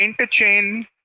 interchain